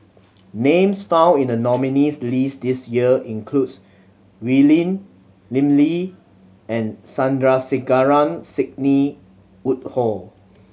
names found in the nominees' list this year includes Wee Lin Lim Lee and Sandrasegaran Sidney Woodhull